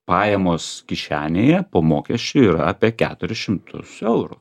pajamos kišenėje po mokesčių yra apie keturis šimtus eurų